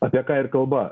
apie ką ir kalba